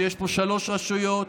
שיש פה שלוש רשויות,